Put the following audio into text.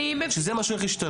שזה מה שהולך להשתנות.